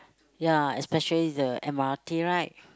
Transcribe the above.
ya especially the M_R_T right